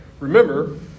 Remember